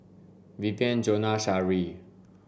Vivien Jonna Shari